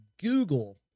Google